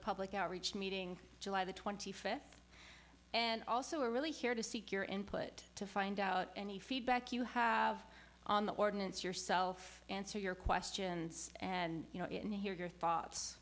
public outreach meeting july the twenty fifth and also a really here to seek your input to find out any feedback you have on the ordinance yourself answer your questions and you know and hear your thoughts